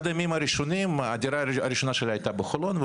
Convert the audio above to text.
הדירה הראשונה שלי הייתה בחולון,